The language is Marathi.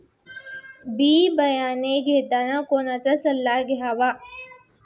बी बियाणे घेताना कोणाचा सल्ला घ्यावा?